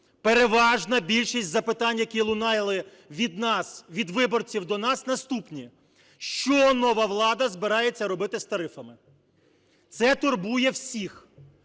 Переважна більшість запитань, які лунали від нас, від виборців до нас, наступні, що нова влада збирається робити з тарифами? Це турбує всіх.